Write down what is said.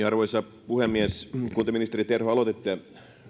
arvoisa puhemies kun te ministeri terho aloititte